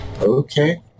Okay